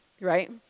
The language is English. Right